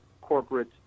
corporate